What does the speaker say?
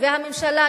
והממשלה,